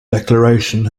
declaration